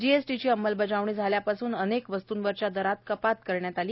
जीएसटीची अंमलबजावणी झाल्यापासून अनेक वस्तूंवरच्या करात कपात करण्यात आली